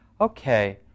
okay